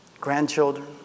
grandchildren